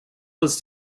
was